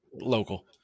local